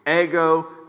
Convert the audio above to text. ego